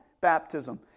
baptism